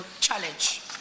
challenge